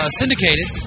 syndicated